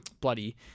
Bloody